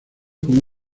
como